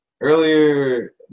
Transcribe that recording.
earlier